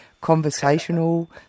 conversational